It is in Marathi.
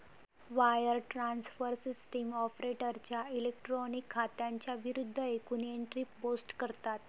वायर ट्रान्सफर सिस्टीम ऑपरेटरच्या इलेक्ट्रॉनिक खात्यांच्या विरूद्ध एकूण एंट्री पोस्ट करतात